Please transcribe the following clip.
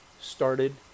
started